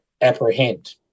apprehend